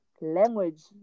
language